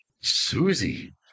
susie